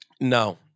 No